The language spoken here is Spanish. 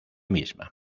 misma